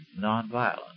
nonviolent